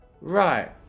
Right